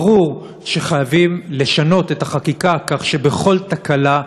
ברור שחייבים לשנות את החקיקה כך שבכל תקלה,